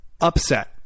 Upset